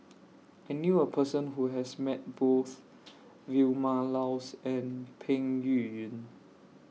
I knew A Person Who has Met Both Vilma Laus and Peng Yuyun